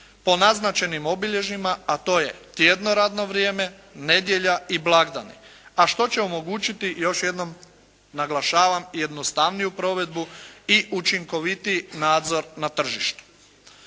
po naznačenim obilježjima, a to je: tjedno radno vrijeme, nedjelja i blagdani, a što će omogućiti još jednom naglašavam, jednostavniju provedbu i učinkovitiji nadzor na tržištu.